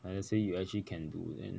like let's say you actually can do then